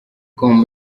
com